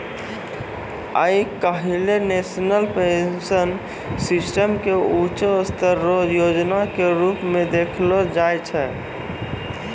आइ काल्हि national pension system के ऊंचों स्तर रो योजना के रूप मे देखलो जाय छै